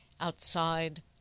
outside